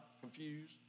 confused